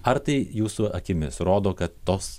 ar tai jūsų akimis rodo kad tos